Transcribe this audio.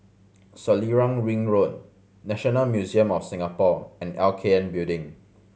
Selarang Ring Road National Museum of Singapore and L K N Building